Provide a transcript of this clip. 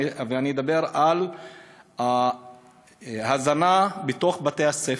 ואני אדבר על הזנה בתוך בתי-הספר,